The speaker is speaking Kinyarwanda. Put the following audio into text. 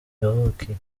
yavukiye